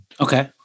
Okay